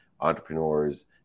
entrepreneurs